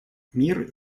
мир